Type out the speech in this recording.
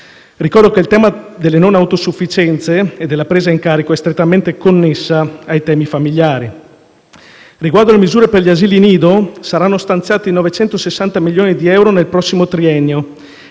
Ricordo che il tema delle non autosufficienze e della presa in carico è strettamente connesso ai temi familiari. Riguardo alle misure per gli asili nido, saranno stanziati 960 milioni di euro nel prossimo triennio